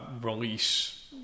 release